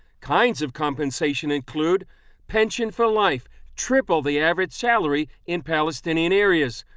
kinds of compensation include pension for life, triple the average salary in palestinian areas,